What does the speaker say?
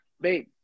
babe